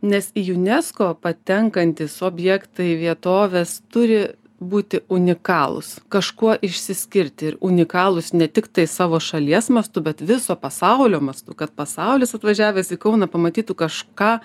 nes į unesco patenkantys objektai vietovės turi būti unikalūs kažkuo išsiskirti ir unikalūs ne tiktai savo šalies mastu bet viso pasaulio mastu kad pasaulis atvažiavęs į kauną pamatytų kažką